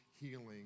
healing